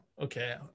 okay